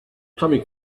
coming